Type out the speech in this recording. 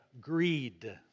greed